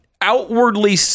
outwardly